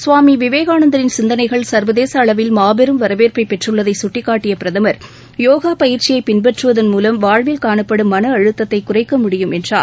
சுவாமிவிவேகானந்தரின் சிந்தனைகள் சர்வதேசஅளவில் மாபெரும் வரவேற்பைபெற்றுள்ளதைகட்டிக்காட்டியபிரதம் யோகாபயிற்சியைபின்பற்றுவதன் மூவம் வாழ்வில் காணப்படும் மனஅழுத்தத்தைகுறைக்க முடியும் என்றார்